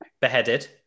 beheaded